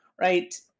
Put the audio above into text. right